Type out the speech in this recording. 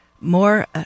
more